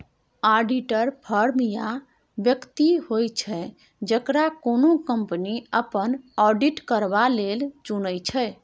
auditor firm या बेकती होइ छै जकरा कोनो कंपनी अपन आडिट करबा लेल चुनै छै